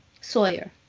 Sawyer